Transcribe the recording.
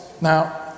Now